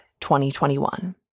2021